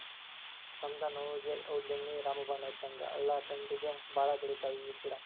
ಸಂದನೋವುಗೆ ಔಡ್ಲೇಣ್ಣಿ ರಾಮಬಾಣ ಇದ್ದಂಗ ಹಳ್ಳದಂಡ್ಡಿಗೆ ಬಾಳ ಬೆಳಿತಾವ ಈ ಗಿಡಾ